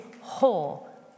whole